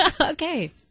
Okay